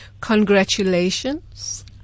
congratulations